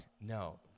No